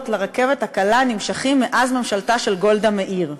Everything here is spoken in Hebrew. לרכבת הקלה נמשכים מאז ממשלתה של גולדה מאיר.